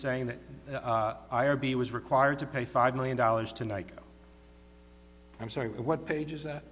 saying that i r b was required to pay five million dollars tonight i'm sorry what pages that